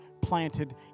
planted